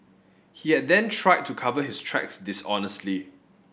he had then tried to cover his tracks dishonestly